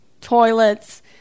toilets